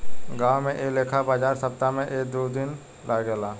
गांवो में ऐ लेखा बाजार सप्ताह में एक दू दिन लागेला